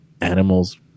animals